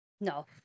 No